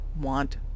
want